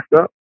up